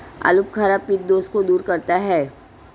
आलूबुखारा पित्त दोष को दूर करता है